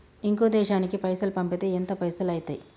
ఇంకో దేశానికి పైసల్ పంపితే ఎంత పైసలు అయితయి?